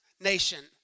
nation